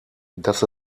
dass